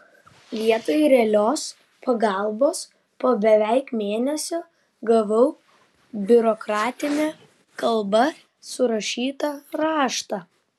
vietoj realios pagalbos po beveik mėnesio gavau biurokratine kalba surašytą raštą